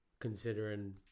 considering